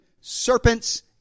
serpents